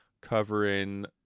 covering